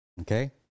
Okay